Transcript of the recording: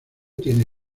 tiene